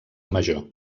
major